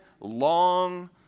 long